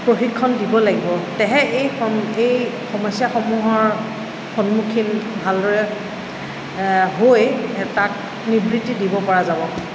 প্ৰশিক্ষণ দিব লাগিব তেহে এই সম এই সমস্যাসমূহৰ সন্মুখীন ভালদৰে হৈ তাক নিবৃত্তি দিব পৰা যাব